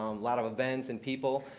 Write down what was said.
um lot of events and people.